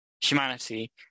humanity